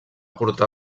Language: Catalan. portar